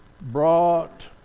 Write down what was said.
brought